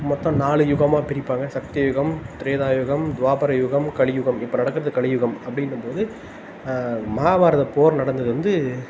மொத்தம் நாலு யுகமாக பிரிப்பாங்க சக்தியுகம் த்ரேதாயுகம் துவாபரயுகம் கலியுகம் இப்போ நடக்கிறது கலியுகம் அப்படின்னும்போது மஹாபாரத போர் நடந்தது வந்து